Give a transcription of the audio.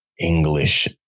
English